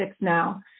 now